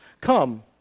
Come